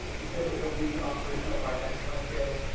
you said ah it'll be operational by next wednesday,